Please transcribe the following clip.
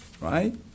right